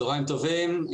צוהריים טובים,